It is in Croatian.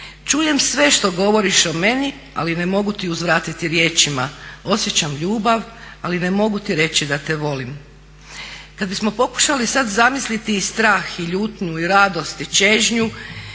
Čujem sve što govoriš o meni, ali ne mogu ti uzvratiti riječima. Osjećam ljubav ali ne mogu ti reći da te volim." Kad bismo pokušali sad zamisliti strah i ljutnju i radost i čežnju